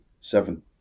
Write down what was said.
Seven